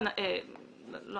אל מול